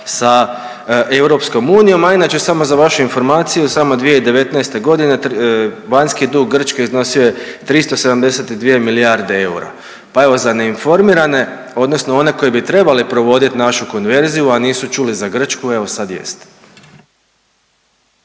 sa EU, a inače samo za vašu informaciju samo 2019. godine vanjski dug Grčke iznosio je 372 milijarde eura. Pa evo za neinformirane odnosno one koji bi trebali provoditi našu konverziju, a nisu čuli za Grčku evo sad jeste.